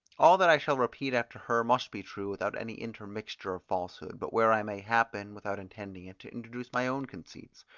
all that i shall repeat after her, must be true, without any intermixture of falsehood, but where i may happen, without intending it, to introduce my own conceits.